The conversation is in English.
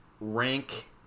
rank